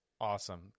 Awesome